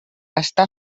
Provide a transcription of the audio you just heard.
està